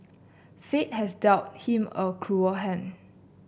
fate has dealt him a cruel hand